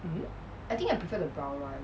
mm